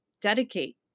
dedicate